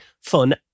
fun